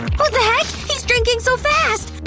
what the heck! he's drinking so fast!